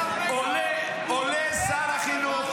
עולה שר החינוך,